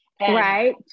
Right